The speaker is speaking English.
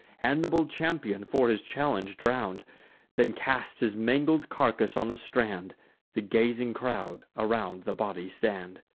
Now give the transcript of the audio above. and the bold champion, for his challenge, drown'd then cast his mangled carcass on the strand the gazing crowd around the body stand.